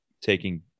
taking